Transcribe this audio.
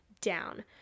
down